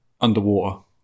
underwater